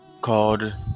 called